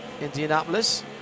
Indianapolis